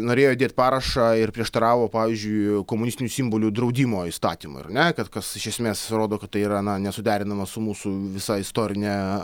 norėjo dėti parašą ir prieštaravo pavyzdžiui komunistinių simbolių draudimo įstatymą ar ne kad kas iš esmės rodo kad tai yra na nesuderinama su mūsų visa istorine